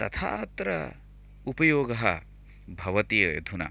तथा अत्र उपयोगः भवति अधुना